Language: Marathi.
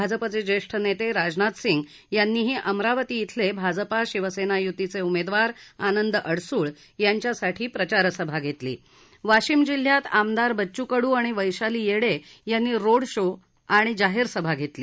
भाजपचे ज्येष्ठ नेते राजनाथ सिंग यांनीही अमरावती इथले भाजपा शिवसेना य्तीचे उमेदवार आनंद अडसुळ यांच्यासाठी प्रचारसभा घेतली वाशिम जिल्ह्यात आमदार बच्च् कड् आणि वैशाली येडे यांनी रोड शो आणि जाहीर सभा घेतली